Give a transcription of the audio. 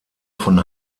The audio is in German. von